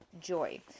joy